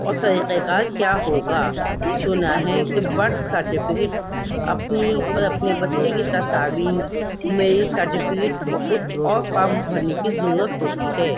اور طریقۂ کار کیا ہوگا سنا ہے کہ برتھ سرٹیفکیٹ اپنی اور اپنے بچے کی تصاویر میری سرٹیفکیٹ اور کچھ اور فام بھرنے کی ضرورت ہوتی ہے